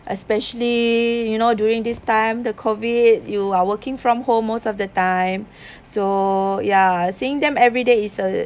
especially you know during this time the COVID you are working from home most of the time so ya seeing them everyday is a